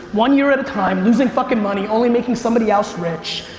one year at a time, losing fucking money, only making somebody else rich.